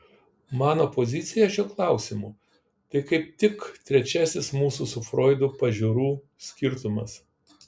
mano pozicija šiuo klausimu tai kaip tik trečiasis mūsų su froidu pažiūrų skirtumas